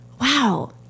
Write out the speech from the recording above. Wow